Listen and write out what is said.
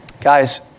Guys